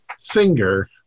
finger